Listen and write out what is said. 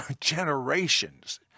generations